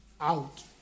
out